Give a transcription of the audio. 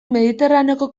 mediterraneoko